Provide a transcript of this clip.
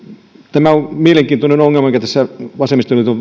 tämä on mielenkiintoinen ongelma mikä tässä vasemmistoliiton